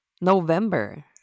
november